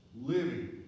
living